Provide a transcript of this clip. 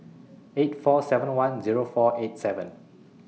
eight four seven one Zero four eight seven